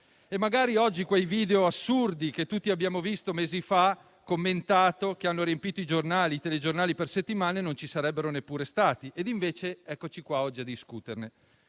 e magari oggi quei video assurdi, che tutti abbiamo visto e commentato mesi fa, che hanno riempito i giornali e i telegiornali per settimane, non ci sarebbero neppure stati. Invece eccoci qui oggi a discuterne.